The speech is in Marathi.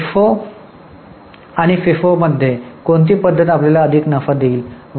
आता लिफो आणि फिफो मध्ये कोणती पद्धत आपल्याला अधिक नफा देईल